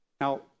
Now